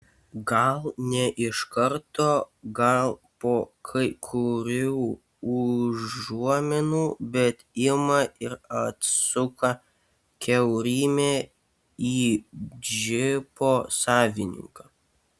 gal ne iš karto gal po kai kurių užuominų bet ima ir atsuka kiaurymę į džipo savininką